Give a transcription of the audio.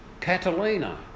Catalina